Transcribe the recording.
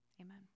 Amen